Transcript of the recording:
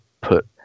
put